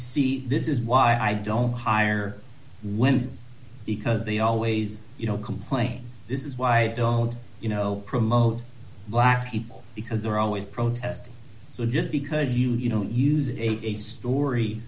see this is why i don't hire women because they always you know complain this is why don't you know promote black people because they're always protesting just because you don't use a story